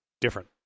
different